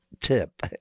tip